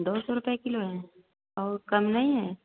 दो सौ रुपये किलो है और कम नहीं है